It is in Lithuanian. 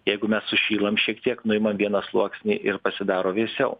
jeigu mes sušylam šiek tiek nuimam vieną sluoksnį ir pasidaro vėsiau